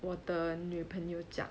我的女朋友讲